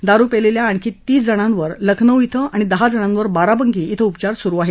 दारु प्यायलेल्या आणखी तीस जणांवर लखनौ ॐ आणि दहा जणांवर बाराबंकी ॐ उपचार सुरु आहेत